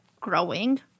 growing